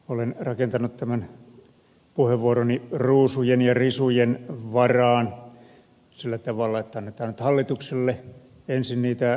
olen rakentanut tämän puheenvuoroni ruusujen ja risujen varaan sillä tavalla että annetaan nyt hallitukselle ensin niitä ruusuja